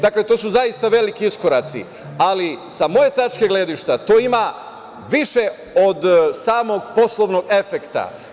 Dakle, to su zaista neki iskoraci ali sa moje tačke gledišta to ima više od samog poslovnog efekta.